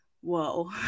whoa